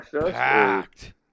packed